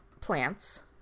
plants